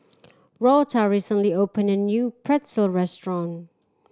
Lotta recently opened a new Pretzel restaurant